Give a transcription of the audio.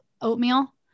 oatmeal